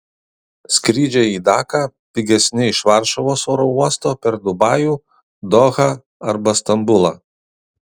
skrydžiai į daką pigesni iš varšuvos oro uosto per dubajų dohą arba stambulą